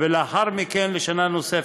ולאחר מכן לשנה נוספת.